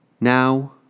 Now